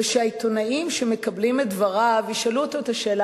ושהעיתונאים שמקבלים את דבריו ישאלו אותו את השאלה